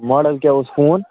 model کیٛاہ اوس phone